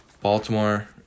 Baltimore